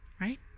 right